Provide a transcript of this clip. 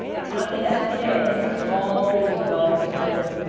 it's not the sba. it's the small business development center.